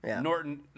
Norton